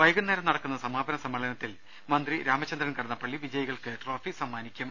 വൈകുന്നേരം നടക്കുന്ന സമ്മേളനത്തിൽ മന്ത്രി രാമചന്ദ്രൻ കടന്നപ്പള്ളി വിജയികൾക്ക് ട്രോഫി സമ്മാനിക്കും